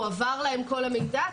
הועבר להם כל המידע?